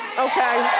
okay?